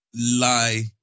lie